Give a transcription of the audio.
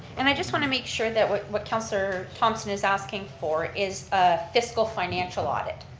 and i just want to make sure that what what councilor thomson is asking for is a fiscal, financial audit.